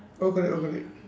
all correct all correct